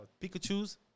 Pikachu's